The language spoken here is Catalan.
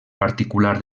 particular